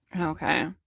Okay